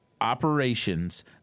operations